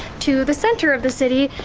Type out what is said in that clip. to the center of the city,